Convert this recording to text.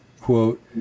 quote